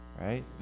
right